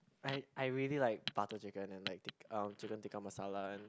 I I really like butter chicken and like tik~ um chicken Tikka Masala and